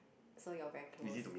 so you very close